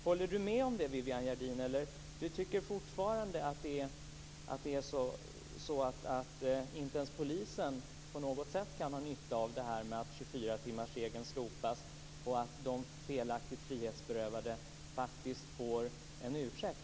Håller Viviann Gerdin med om det? Eller tycker Viviann Gerdin fortfarande att inte ens polisen på något sätt kan ha nytta av att 24-timmarsregeln slopas och att felaktigt frihetsberövade faktiskt får en ursäkt?